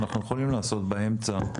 אנחנו יכולים לעשות באמצע.